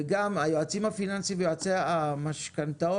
וגם היועצים הפיננסים ויועצי המשכנתאות